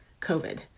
COVID